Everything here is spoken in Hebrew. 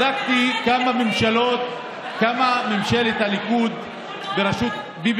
בדקתי כמה ממשלת הליכוד בראשות ביבי